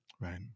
Right